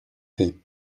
fait